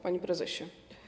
Panie Prezesie!